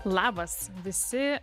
labas visi